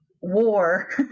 war